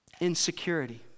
Insecurity